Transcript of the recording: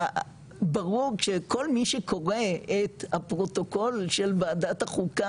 ברור שכל מי שקורא את הפרוטוקול של ועדת החוקה,